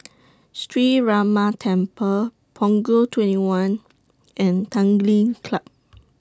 Sree Ramar Temple Punggol twenty one and Tanglin Club